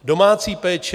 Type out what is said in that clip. Domácí péče.